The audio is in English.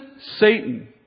Satan